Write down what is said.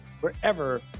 wherever